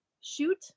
shoot